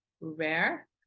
rare